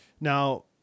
Now